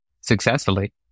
successfully